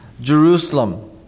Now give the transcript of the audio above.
Jerusalem